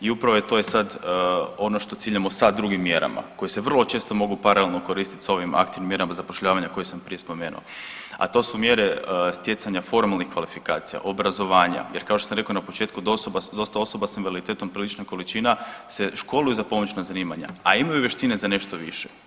I upravo je to je sad ono što ciljamo sa drugim mjerama koje se vrlo često mogu paralelno koristiti sa ovim aktivnim mjerama zapošljavanja koje sam prije spomenuo, a to su mjere stjecanja formalnih kvalifikacija obrazovanja jer kao što sam rekao na početku da dosta osoba s invaliditetom prilična količina se školuje za pomoćna zanimanja, a imaju vještine za nešto više.